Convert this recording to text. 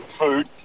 food